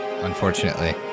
Unfortunately